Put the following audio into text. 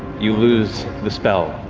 you lose the spell,